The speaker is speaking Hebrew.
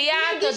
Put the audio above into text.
היא הגישה,